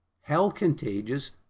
hell-contagious